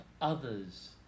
others